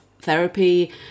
therapy